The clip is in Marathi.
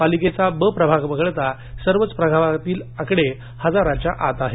पालिकेचा ब प्रभाग वगळता सर्वच प्रभागातील आकडे हजाराच्या आत आहेत